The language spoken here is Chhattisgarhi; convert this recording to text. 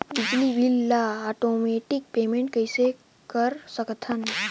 बिजली बिल ल आटोमेटिक पेमेंट कइसे कर सकथव?